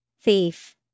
Thief